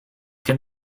can